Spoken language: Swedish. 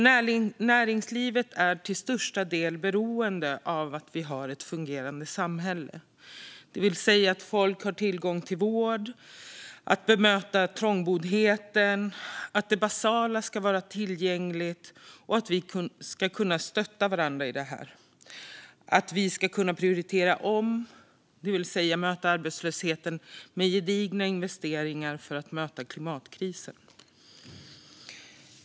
Näringslivet är till största delen beroende av att vi har ett fungerande samhälle, det vill säga att folk har tillgång till vård, att vi kan bemöta trångboddheten, att det basala är tillgängligt och att vi kan stötta varandra i det här. Vi ska kunna prioritera om och möta arbetslösheten med gedigna investeringar för att möta klimatkrisen.